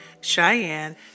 cheyenne